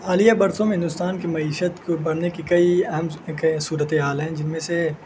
حالیہ برسوں میں ہندوستان کی معیشت کو بڑھنے کی کئی اہم صورت حال ہیں جن میں سے